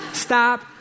Stop